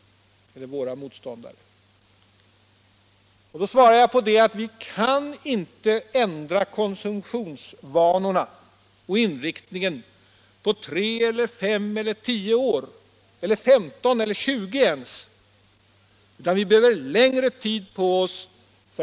På det svarar jag att vi inte kan ändra konsumtionsvanorna och konsumtionsinriktningen på 3, 5 eller 10 år och inte ens på 15 eller 20 år, utan vi behöver längre tid på oss.